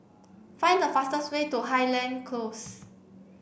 find the fastest way to Highland Close